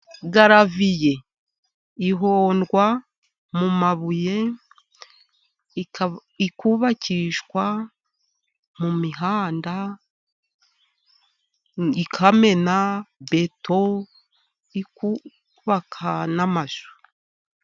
Garaviye ihondwa mu mabuye, ikubakishwa mu mihanda ikamena beto, ikubaka n'amashu.